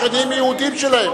שכנים יהודים שלהם.